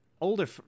older